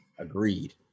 agreed